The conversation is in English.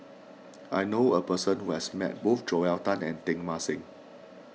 I know a person who has met both Joel Tan and Teng Mah Seng